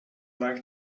like